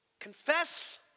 Confess